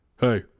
Hey